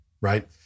right